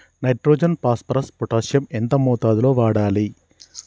Nitrogen phosphorus potassium ఎంత మోతాదు లో వాడాలి?